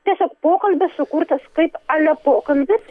tiesiog pokalbis sukurtas kaip ale pokalbis